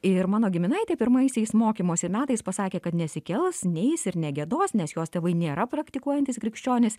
ir mano giminaitė pirmaisiais mokymosi metais pasakė kad nesikels neis ir negiedos nes jos tėvai nėra praktikuojantys krikščionys